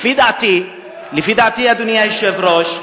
לפי דעתי, אדוני היושב-ראש,